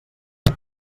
vol